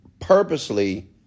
purposely